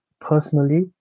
Personally